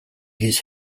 his